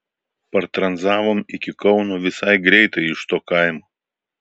partranzavom iki kauno visai greitai iš to kaimo